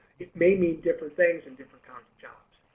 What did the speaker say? it may mean different things and different kinds of jobs.